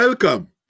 Welcome